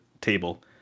table